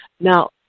Now